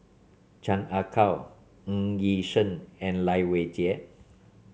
Chan Ah Kow Ng Yi Sheng and Lai Weijie